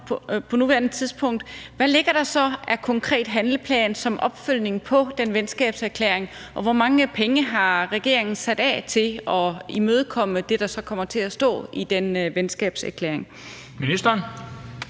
på nuværende tidspunkt, hvad der ligger af konkrete handleplaner som opfølgning på den venskabserklæring, og hvor mange penge regeringen har sat af til at imødekomme det, der så kommer til at stå i den venskabserklæring? Kl.